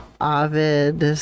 Ovid